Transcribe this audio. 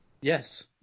Yes